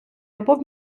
або